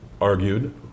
argued